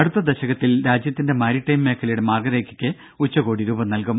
അടുത്ത ദശകത്തിൽ രാജ്യത്തിന്റെ മാരിടൈം മേഖലയുടെ മാർഗരേഖക്ക് ഉച്ചകോടി രൂപം നൽകും